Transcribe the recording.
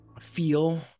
feel